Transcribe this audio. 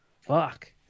fuck